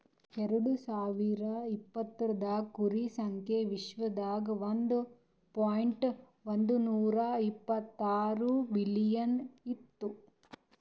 ಎರಡು ಸಾವಿರ ಇಪತ್ತೊಂದರಾಗ್ ಕುರಿ ಸಂಖ್ಯಾ ವಿಶ್ವದಾಗ್ ಒಂದ್ ಪಾಯಿಂಟ್ ಒಂದ್ನೂರಾ ಇಪ್ಪತ್ತಾರು ಬಿಲಿಯನ್ ಇತ್ತು